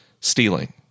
stealing